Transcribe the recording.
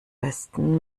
besten